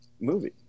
movie